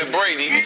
Brady